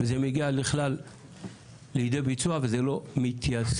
וזה מגיע לכלל לידי ביצוע וזה לא מיושם.